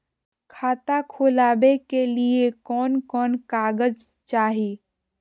खाता खोलाबे के लिए कौन कौन कागज चाही?